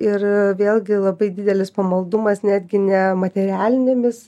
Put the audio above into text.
ir vėlgi labai didelis pamaldumas netgi ne materialinėmis